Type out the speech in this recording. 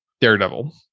Daredevil